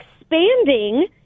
expanding